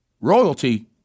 royalty